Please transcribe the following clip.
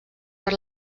per